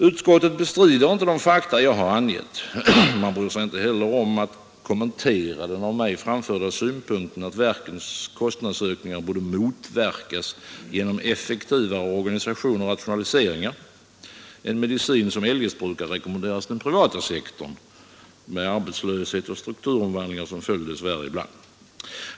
Utskottet bestrider inte de fakta jag har angett. Det bryr sig heller inte om att kommentera den av mig framförda synpunkten att verkens kostnadsökningar borde motverkas genom effektivare organisation och rationaliseringar, en medicin som eljest brukar rekommenderas den privata sektorn — dess värre med arbetslöshet och strukturomvandlingar som följd ibland.